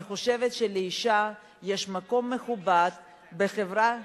אני חושבת שלאשה יש מקום מכובד בחברה,